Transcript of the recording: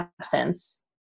absence